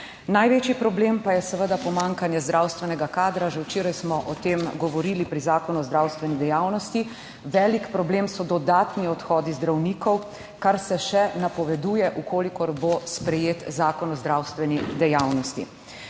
Največji problem pa je seveda pomanjkanje zdravstvenega kadra, že včeraj smo o tem govorili pri Zakonu o zdravstveni dejavnosti. Velik problem so dodatni odhodi zdravnikov, kar se še napoveduje, v kolikor bo sprejet zakon o zdravstveni dejavnosti.